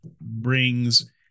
brings